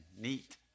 neat